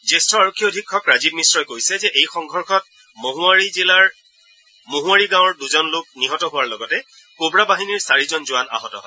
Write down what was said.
জ্যেষ্ঠ আৰক্ষী অধীক্ষক ৰাজীৱ মিশ্ৰই কৈছে যে এই সংঘৰ্ষত মহুৱাৰী গাঁৱৰ দুজন লোক নিহত হোৱাৰ লগতে কোৱা বাহিনীৰ চাৰিজন জোৱান আহত হয়